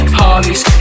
harleys